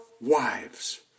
wives